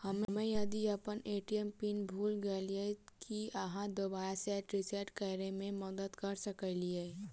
हम्मे यदि अप्पन ए.टी.एम पिन भूल गेलियै, की अहाँ दोबारा सेट रिसेट करैमे मदद करऽ सकलिये?